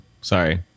sorry